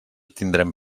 tindrem